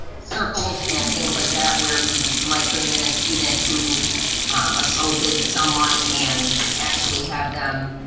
circles and things like that where we might bring in a student who um assaulted someone and actually have them,